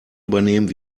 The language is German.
übernehmen